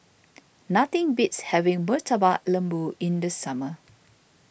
nothing beats having Murtabak Lembu in the summer